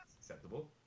acceptable